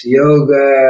yoga